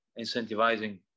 incentivizing